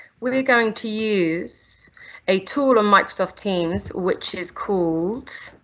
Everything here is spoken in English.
we're going to use a tool on microsoft teams which is called